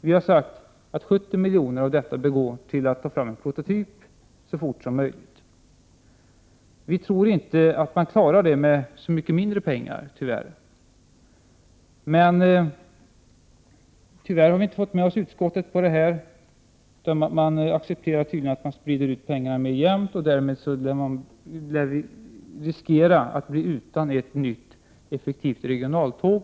Vi har sagt att 70 milj.kr. av denna summa bör anslås för att så snart som möjligt ta fram en prototyp. Vi tror inte att man skulle klara detta med mycket mindre pengar. Tyvärr har vi inte fått med oss utskottsmajoriteten, som tydligen accepterar att pengarna sprids ut mer jämnt. Därmed lär vi riskera att bli utan ett nytt, effektivt regionaltåg.